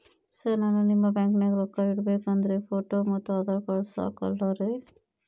Sir ನಾನು ನಿಮ್ಮ ಬ್ಯಾಂಕನಾಗ ರೊಕ್ಕ ಇಡಬೇಕು ಅಂದ್ರೇ ಫೋಟೋ ಮತ್ತು ಆಧಾರ್ ಕಾರ್ಡ್ ಸಾಕ ಅಲ್ಲರೇ?